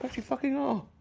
but you fucking um